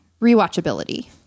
rewatchability